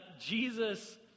Jesus